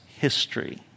history